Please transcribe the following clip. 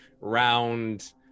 round